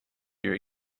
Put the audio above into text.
your